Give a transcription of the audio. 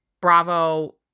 Bravo